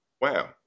Wow